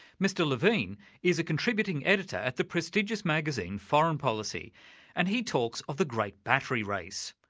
mr levine is a contributing editor at the prestigious magazine foreign policy and he talks of the great battery race,